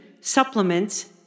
supplements